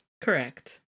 Correct